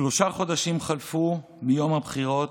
שלושה חודשים חלפו מיום הבחירות,